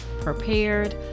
prepared